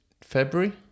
February